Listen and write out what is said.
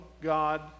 God